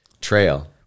Trail